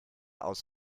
aus